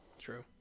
true